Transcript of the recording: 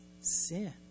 sin